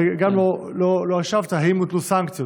וגם לא השבת: האם הוטלו סנקציות?